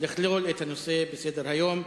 לכלול את הנושא בסדר-היום.